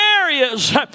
areas